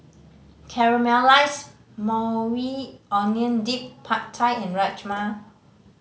Caramelized Maui Onion Dip Pad Thai and Rajma